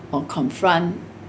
or confront